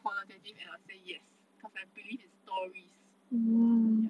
qualitative and I will say yes because I believe his story yup